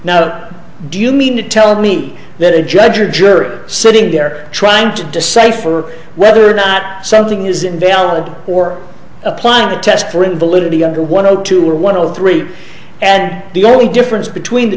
now do you mean to tell me that a judge or jury sitting there trying to decipher whether or not something is invalid or applying a test for invalidity under one hundred to one of three and the only difference between the